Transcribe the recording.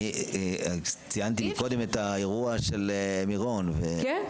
אני ציינתי מקודם את האירוע של מירון --- כן.